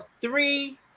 three